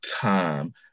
time